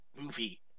movie